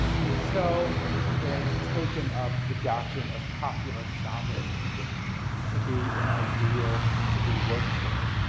rousseau had taken up the doctrine of popular sovereignty to be an ideal to be worked for,